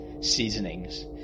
seasonings